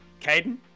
Caden